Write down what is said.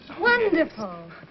Wonderful